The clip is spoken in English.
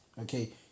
Okay